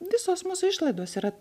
visos mūsų išlaidos yra